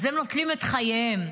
הם נוטלים את חייהם.